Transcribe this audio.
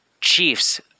Chiefs